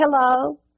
hello